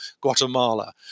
Guatemala